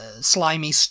Slimy